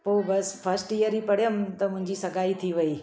पोइ बसि first year ई पढ़ियमि त मुंहिंजी सॻाई थी वई